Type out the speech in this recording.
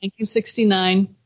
1969